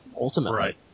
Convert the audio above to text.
ultimately